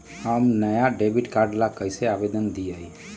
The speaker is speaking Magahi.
हम नया डेबिट कार्ड ला कईसे आवेदन दिउ?